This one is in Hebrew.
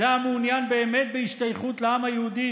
זה המעוניין באמת בהשתייכות לעם היהודי,